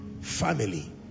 family